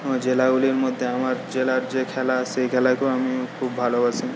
জেলাগুলির মধ্যে আমার জেলার যে খেলা সেই খেলাকেও আমি খুব ভালোবাসি